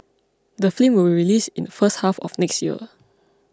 the film will be released in the first half of next year